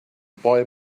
boy